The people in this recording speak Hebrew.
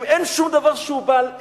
אם אין שום דבר בחיים שהוא בעל ערך,